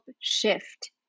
shift